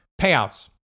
payouts